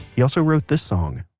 he also wrote this song